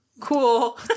cool